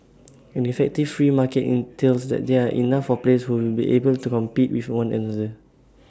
an effective free market entails that there are enough of players who will be able to compete with one another